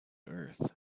earth